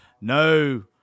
No